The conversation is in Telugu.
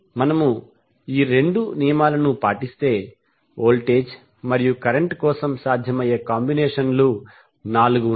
మనము ఈ రెండు నియమాలను పాటిస్తే వోల్టేజ్ మరియు కరెంట్ కోసం సాధ్యమయ్యే కాంబినేషన్లు 4 ఉంటాయి